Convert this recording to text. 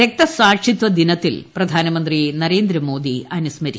രക്തസാക്ഷിത്വ ദിനത്തിൽ പ്രധാനമന്ത്രി നരേന്ദ്രമോദി അനുസ്മരിച്ചു